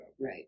Right